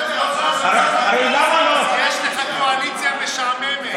יש לך קואליציה משעממת.